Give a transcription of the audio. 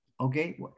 Okay